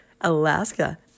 Alaska